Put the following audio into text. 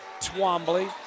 Twombly